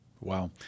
Wow